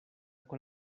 con